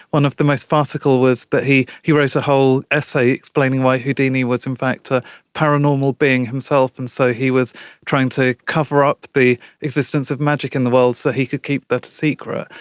one of the most farcical was he he wrote a whole essay explaining why houdini was in fact a paranormal being himself and so he was trying to cover up the existence of magic in the world so he could keep that a secret.